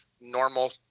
normal